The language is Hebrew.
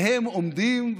והם עומדים,